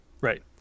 Right